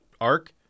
arc